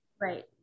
right